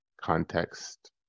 context